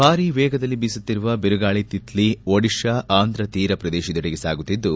ಭಾರೀ ವೇಗದಲ್ಲಿ ಬೀಸುತ್ತಿರುವ ಬಿರುಗಾಳಿ ತಿತ್ಲಿ ಓಡಿಶ್ಡಾ ಆಂಧ್ರ ತೀರಪ್ರದೇಶದೆಡೆಗೆ ಸಾಗುತ್ತಿದ್ದು